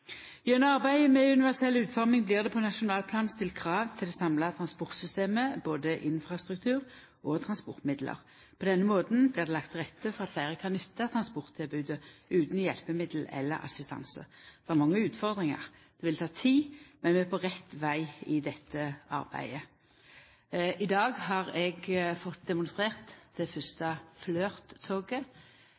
Gjennom arbeidet med universell utforming blir det på nasjonalt plan stilt krav til det samla transportsystemet, både infrastruktur og transportmiddel. På denne måten blir det lagt til rette for at fleire kan nytta transporttilbodet utan hjelpemiddel eller assistanse. Det er mange utfordringar. Det vil ta tid, men vi er på rett veg i dette arbeidet. I dag har eg fått demonstrert det fyrste